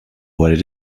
what